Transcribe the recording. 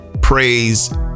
praise